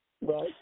Right